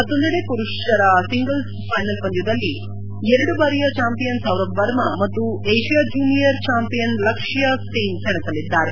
ಮತ್ತೊಂದೆಡೆ ಮರುಷ singles final ಪಂದ್ಯದಲ್ಲಿ ಎರಡು ಬಾರಿಯ ಚಾಂಪಿಯನ್ ಸೌರಭ್ ವರ್ಮ ಮತ್ತು Asia junior champion Lakshya Sen ಸೆಣಸಲಿದ್ದಾರೆ